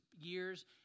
years